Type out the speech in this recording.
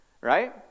right